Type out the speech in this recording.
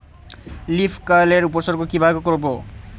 Leaf curl এর উপসর্গ কিভাবে করব?